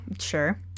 sure